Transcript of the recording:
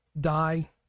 die